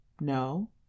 No